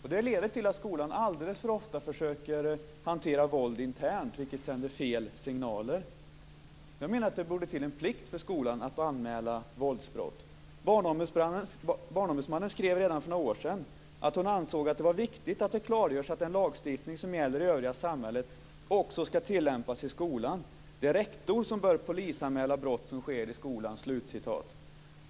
Detta leder till att skolan alldeles för ofta försöker hantera våld internt, vilket sänder fel signaler. Jag menar att det borde till en plikt för skolan att anmäla våldsbrott. Barnombudsmannen skrev redan för några år sedan att hon ansåg att det var viktigt att det klargörs att den lagstiftning som gäller i övriga samhället också ska tillämpas i skolan. Det är rektor som bör polisanmäla brott som sker i skolan, sade hon.